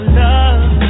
love